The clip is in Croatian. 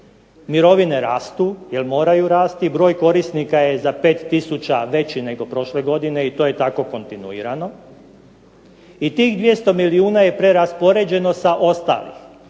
Mirovine rastu jer moraju rasti, broj korisnika je za 5 tisuća veći nego prošle godine i to je tako kontinuirano i tih 200 milijuna je preraspoređeno sa ostalih